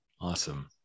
awesome